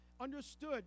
understood